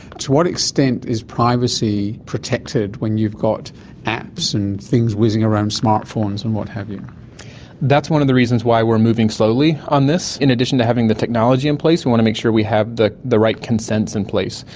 to what extent is privacy protected when you've got apps and things whizzing around smart phones and what have you know that's one of the reasons why we are moving slowly on this. in addition to having the technology in place we want to make sure we have the the right consents in place.